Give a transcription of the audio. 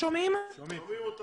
קודם כל תודה על מה שאמרת